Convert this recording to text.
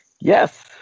yes